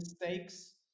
mistakes